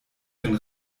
den